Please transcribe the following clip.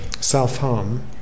self-harm